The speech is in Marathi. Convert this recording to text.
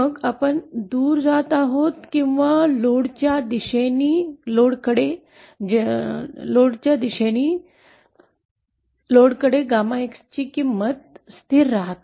मग आपण दूर जात आहोत किंवा लोडच्या दिशेने लोडकडे 𝜞 ची किंमत स्थिर राहते